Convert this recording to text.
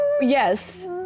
yes